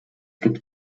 gibt